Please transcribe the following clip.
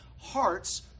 hearts